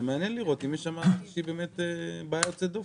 מעניין לראות אם יש שם איזו בעיה יוצאת דופן.